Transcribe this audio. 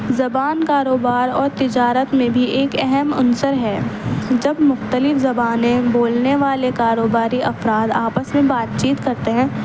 زبان کاروبار اور تجارت میں بھی ایک اہم عنصر ہے جب مختلف زبانیں بولنے والے کاروباری افراد آپس میں بات چیت کرتے ہیں